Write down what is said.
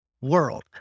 world